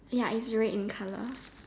ya is red in colour